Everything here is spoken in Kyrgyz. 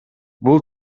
бул